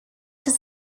his